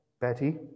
Betty